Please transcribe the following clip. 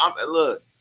Look